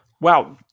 Wow